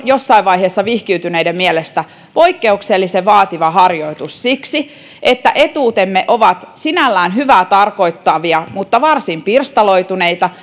jossain vaiheessa vihkiytyneiden mielestä poikkeuksellisen vaativa harjoitus siksi että etuutemme ovat sinällään hyvää tarkoittavia mutta varsin pirstaloituneita